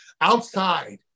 outside